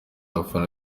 abafana